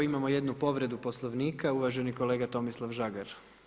Imamo jednu povredu Poslovnika, uvaženi kolega Tomislav Žagar.